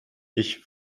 ich